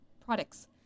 products